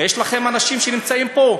יש לכם אנשים שנמצאים פה,